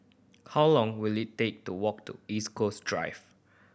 how long will it take to walk to East Coast Drive